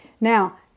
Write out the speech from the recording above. Now